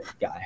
guy